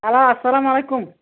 hello اَسلام علیکمُ